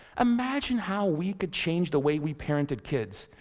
imagine how we could change the way we parented kids.